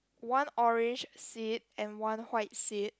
one orange seat and one white seat